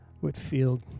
Whitfield